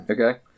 Okay